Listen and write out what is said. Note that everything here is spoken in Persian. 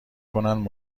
کنند